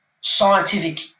scientific